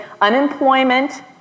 Unemployment